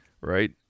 right